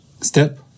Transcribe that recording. Step